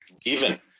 given